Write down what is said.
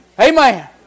Amen